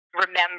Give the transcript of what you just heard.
remember